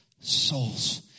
souls